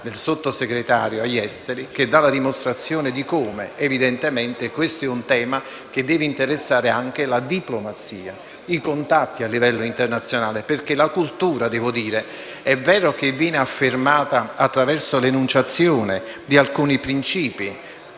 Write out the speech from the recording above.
il Sottosegretario per gli affari esteri, che dà la dimostrazione di come evidentemente questo sia un tema che deve interessare anche la diplomazia e i contatti a livello internazionale. Infatti, è vero che la cultura viene affermata attraverso l'enunciazione di alcuni principi